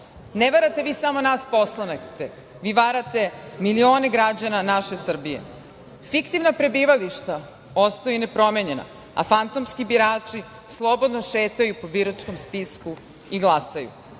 Ne varate vi samo nas kao poslanike, vi varate milione građana naše Srbije. Fiktivna prebivališta ostaju nepromenjena, a fantomski birači slobodno šetaju po biračkom spisku i